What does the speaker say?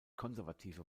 konservative